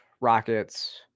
rockets